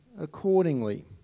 accordingly